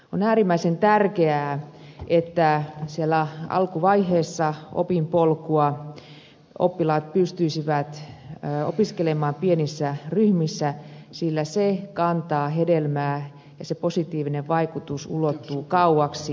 on äärimmäisen tärkeää että siellä alkuvaiheessa opinpolkua oppilaat pystyisivät opiskelemaan pienissä ryhmissä sillä se kantaa hedelmää ja sen positiivinen vaikutus ulottuu kauaksi